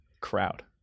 crowd